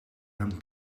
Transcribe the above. hem